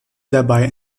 dabei